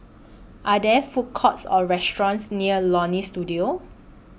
Are There Food Courts Or restaurants near Leonie Studio